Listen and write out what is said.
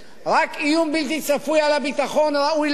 רק איום בלתי צפוי על הביטחון ראוי לדיון,